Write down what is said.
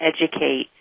educate